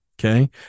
Okay